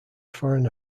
foreign